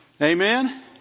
Amen